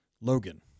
Logan